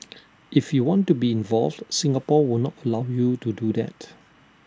if you want to be involved Singapore will not allow you to do that